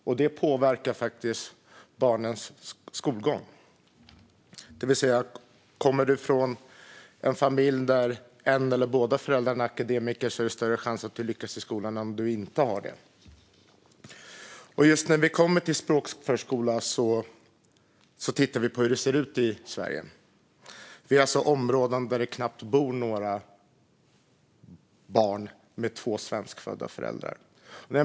Detta påverkar barnens skolgång. Kommer du från en familj där en eller båda föräldrarna är akademiker är det större chans att du lyckas i skolan än om ingen av dem är det. När det gäller just språkförskola tittar vi på hur det ser ut i Sverige. Vi har områden där det knappt bor några barn med två svenskfödda föräldrar.